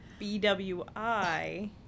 BWI